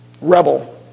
rebel